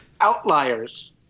Outliers